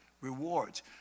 rewards